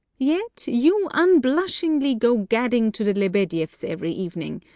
yet you unblushingly go gadding to the lebedieffs' every evening,